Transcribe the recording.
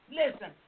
listen